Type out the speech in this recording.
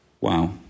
Wow